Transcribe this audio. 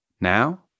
now